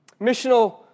Missional